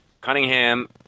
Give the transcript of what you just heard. cunningham